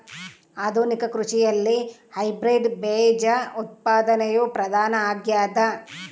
ಆಧುನಿಕ ಕೃಷಿಯಲ್ಲಿ ಹೈಬ್ರಿಡ್ ಬೇಜ ಉತ್ಪಾದನೆಯು ಪ್ರಧಾನ ಆಗ್ಯದ